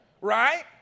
Right